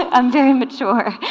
um i'm very mature